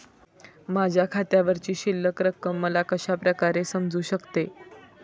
माझ्या खात्यावरची शिल्लक रक्कम मला कशा प्रकारे समजू शकते?